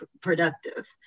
productive